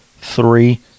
three